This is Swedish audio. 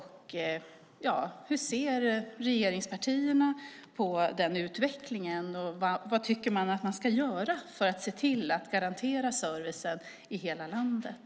Hur ser regeringspartierna på den utvecklingen? Och vad tycker ni att man ska göra för att garantera servicen i hela landet?